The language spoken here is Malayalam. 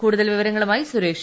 കൂടുതൽ വിവരങ്ങളുമായി സുരേഷ്